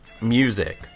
music